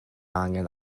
angen